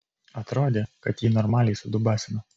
atrodė kad jį normaliai sudubasino